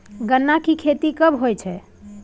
गन्ना की खेती कब होय छै?